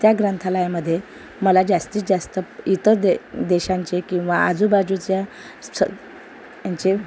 त्या ग्रंथालयामध्ये मला जास्तीत जास्त इतर दे देशांचे किंवा आजूबाजूच्या एंचे